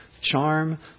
charm